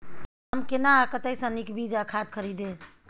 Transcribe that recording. हम केना आ कतय स नीक बीज आ खाद खरीदे?